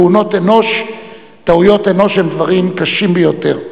טעויות אנוש הן דברים קשים ביותר.